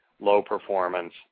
low-performance